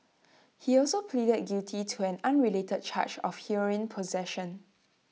he also pleaded guilty to an unrelated charge of heroin possession